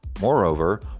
Moreover